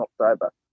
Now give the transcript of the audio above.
October